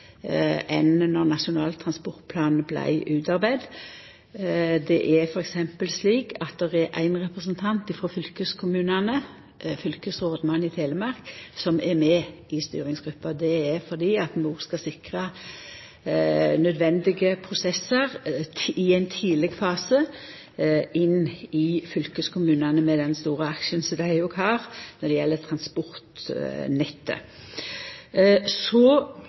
enn då Nasjonal transportplan vart utarbeidd. Det er f.eks. slik at ein representant frå fylkeskommunane, fylkesrådmannen i Telemark, er med i styringsgruppa. Det er fordi vi òg skal sikra nødvendige prosessar i ein tidleg fase i fylkeskommunane, med den store aksjen som dei òg har når det gjeld transportnettet. Så